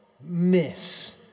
miss